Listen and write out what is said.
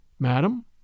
Madam